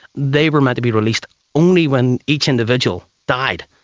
they were meant to be released only when each individual died.